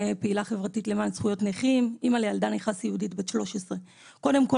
פעילה חברתית למען זכויות נכים ואמא לילדה נכה סיעודית בת 13. קודם כל,